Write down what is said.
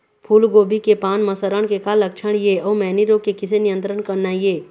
फूलगोभी के पान म सड़न के का लक्षण ये अऊ मैनी रोग के किसे नियंत्रण करना ये?